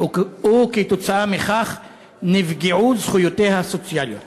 וכתוצאה מכך נפגעו זכויותיה הסוציאליות.